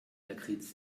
lakritz